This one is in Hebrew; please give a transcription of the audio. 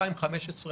2015,